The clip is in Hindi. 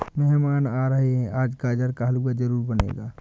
मेहमान आ रहे है, आज गाजर का हलवा जरूर बनेगा